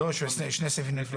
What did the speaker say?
לא, שני סעיפים נפרדים.